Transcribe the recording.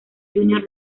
júnior